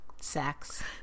Sex